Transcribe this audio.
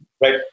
right